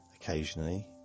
occasionally